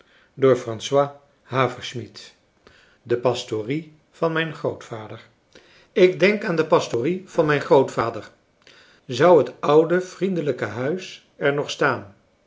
familie en kennissen de pastorie van mijn grootvader ik denk aan de pastorie van mijn grootvader zou het oude vriendelijke huis er nog staan